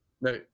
No